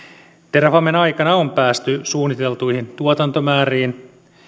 terrafamen aikana on päästy suunniteltuihin tuotantomääriin